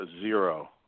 zero